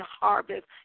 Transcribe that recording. harvest